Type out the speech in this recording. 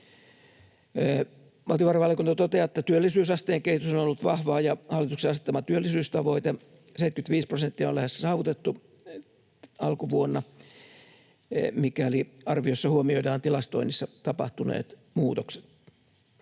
Valtiovarainvaliokunta toteaa, että työllisyysasteen kehitys on ollut vahvaa ja hallituksen asettama työllisyystavoite, 75 prosenttia, on lähes saavutettu alkuvuonna, mikäli arviossa huomioidaan tilastoinnissa tapahtuneet muutokset.